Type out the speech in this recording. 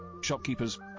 shopkeepers